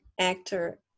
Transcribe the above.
actor